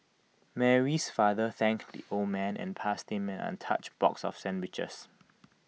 Mary's father thanked the old man and passed him an untouched box of sandwiches